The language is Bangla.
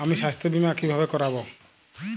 আমি স্বাস্থ্য বিমা কিভাবে করাব?